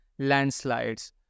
landslides